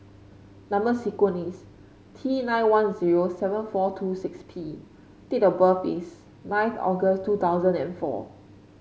number sequence is T nine one zero seven four two six P date of birth is ninth August two thousand and four